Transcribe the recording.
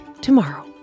tomorrow